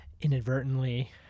inadvertently